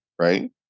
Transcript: right